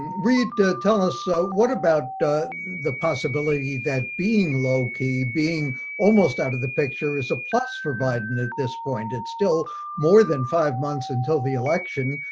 reid, tell us so what about the possibility that being low key, being almost out of the picture, is a plus for biden at this point? it's still more than five months until the election.